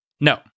No